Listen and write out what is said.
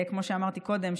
כמו שאמרתי קודם,